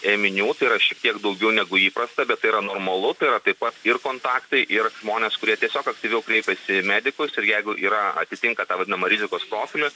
ėminių tai yra šiek tiek daugiau negu įprasta bet tai yra normalu tai yra taip pat ir kontaktai ir žmonės kurie tiesiog aktyviau kreipiasi į medikus ir jeigu yra atitinka tą vadinamą rizikos profilį